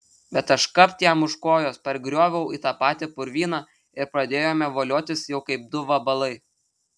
bet aš kapt jam už kojos pargrioviau į tą patį purvyną ir pradėjome voliotis jau kaip du vabalai